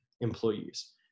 employees